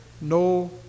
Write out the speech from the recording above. no